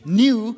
new